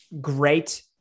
great